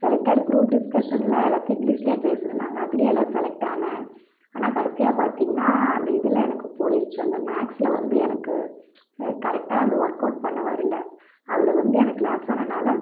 select ஆயிட்டு group டிஸ்கஷனில் எல்லாத்தையும் இங்கிலீஷில் பேசினேன் நாங்கள் அதில் எல்லாம் செலெக்ட் ஆனேன் ஆனால் கடைசியாக பார்த்திங்கன்னா அந்த இதில் எனக்கு போயிடுச்சு அந்த மேத்ஸ்ல வந்து எனக்கு அது கரெக்டாக அந்த ஒர்க்கோட் பண்ண வரலை அதில் வந்து எனக்கு லாஸ் ஆனதால